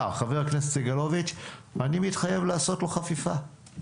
חבר הכנסת סגלוביץ': אני מתחייב לעשות לו חפיפה.